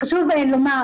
חשוב לומר,